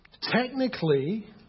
technically